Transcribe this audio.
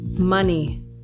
Money